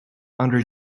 under